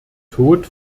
tod